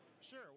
Sure